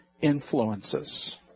influences